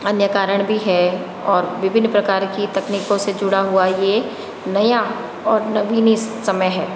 अन्य कारण भी हैं और विभिन प्रकार की तकनीकों से जुड़ा हुआ है यह नया और नवीनी समय है